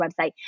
website